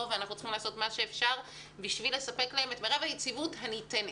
ואנחנו צריכים לעשות את מה שניתן בשביל לספק להם את מרב היציבות הניתנת.